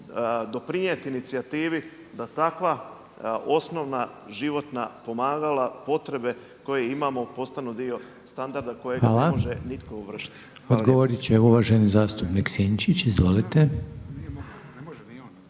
doprinijeti inicijativi da takva osnovna životna pomagala potrebe koje imamo postanu dio standarda kojega ne može nitko ovršiti. **Reiner, Željko (HDZ)** Hvala. Odgovorit će uvaženi zastupnik Sinčić. Izvolite.